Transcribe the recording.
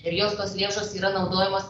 ir jos tos lėšos yra naudojamas